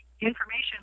information